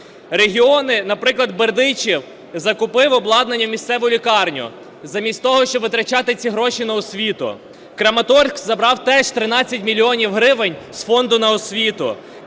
Регіони, наприклад, Бердичів закупив обладнання в місцеву лікарню, замість того, щоб витрачати ці гроші на освіту. Краматорськ забрав теж 13 мільйонів гривень з фонду на освіту.